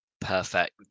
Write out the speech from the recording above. perfect